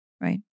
right